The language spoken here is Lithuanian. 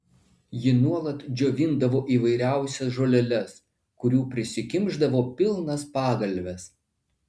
ji nuolat džiovindavo įvairiausias žoleles kurių prisikimšdavo pilnas pagalves